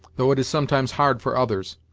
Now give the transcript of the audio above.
though it is sometimes hard for others.